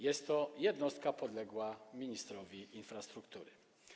Jest to jednostka podległa ministrowi infrastruktury.